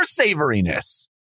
savoriness